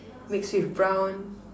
mix with brown